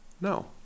No